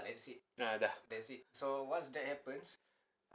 ah